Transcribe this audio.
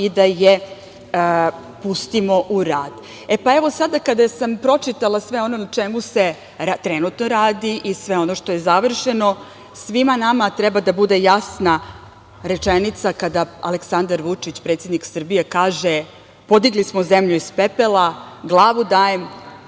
i da je pustimo u rad. Pa, evo, sada kada sam pročitala sve ono o čemu se trenutno radi i sve ono što je završeno, svima nama treba da bude jasna rečenica kada Aleksandar Vučić, predsednik Srbije, kaže: "Podigli smo zemlju iz pepela, glavu dajem,